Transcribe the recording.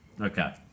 Okay